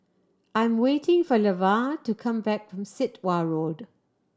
I'm waiting for Levar to come back from Sit Wah Road